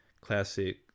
classic